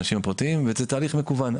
האנשים הפרטיים וזה תהליך מקוון.